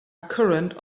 current